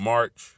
March